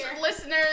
listeners